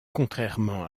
contrairement